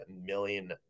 million